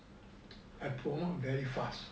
I promote very fast